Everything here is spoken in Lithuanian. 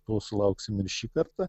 to sulauksim ir šį kartą